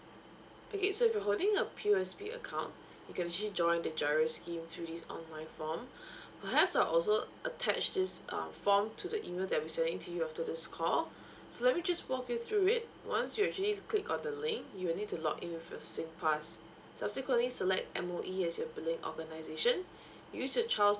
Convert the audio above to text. okay so if you're holding a P_O_S_B account you can actually join the giro scheme through this online form perhaps I also attach this um form to the email that I'll be sending to you after this call so let me just walk you through it once you actually click on the link you will need to log in with your singpass subsequently select M_O_E as your billing organisation use your child's